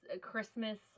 Christmas